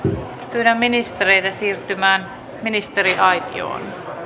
pyydän ministereitä siirtymään ministeriaitioon